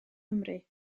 nghymru